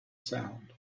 sound